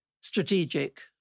Strategic